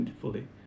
fully